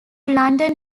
london